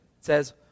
says